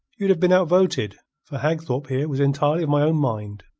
you'd have been outvoted, for hagthorpe here was entirely of my own mind.